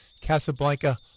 Casablanca